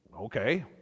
okay